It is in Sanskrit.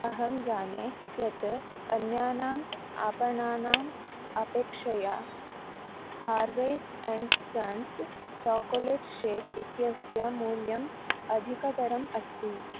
अहं जाने यत् अन्यानाम् आपणानाम् अपेक्षया Harvey's and Sons chocolate shake इत्यस्य मूल्यम् अधिकतरम् अस्ति